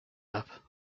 app